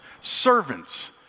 servants